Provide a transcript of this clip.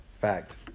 fact